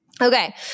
Okay